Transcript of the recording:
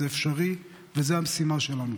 זה אפשרי וזו המשימה שלנו.